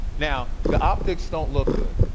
now, the optics don't look good,